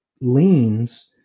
leans –